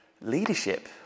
leadership